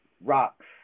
rocks